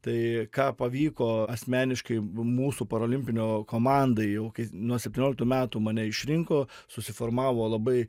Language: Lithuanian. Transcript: tai ką pavyko asmeniškai mūsų parolimpinio komandai jau nuo septynioliktų metų mane išrinko susiformavo labai